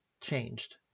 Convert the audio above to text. changed